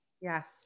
Yes